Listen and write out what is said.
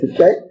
Okay